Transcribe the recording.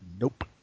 Nope